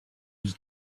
his